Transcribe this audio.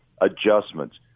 adjustments